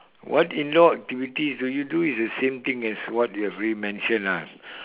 what indoor activities do you do is the same thing as what you have already mentioned ah